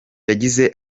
yagize